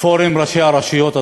פורום ראשי הרשויות הדרוזיות,